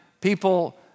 People